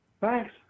Thanks